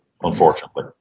unfortunately